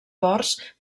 ports